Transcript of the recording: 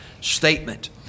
statement